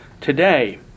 today